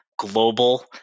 global